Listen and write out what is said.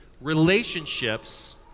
relationships